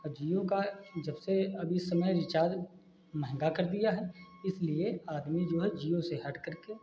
अ जिओ का जबसे अब इस समय रीचार्ज महँगा कर दिया है इसलिए आदमी जो है जिओ से हटकर के